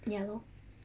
ya lor